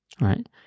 right